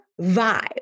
vibe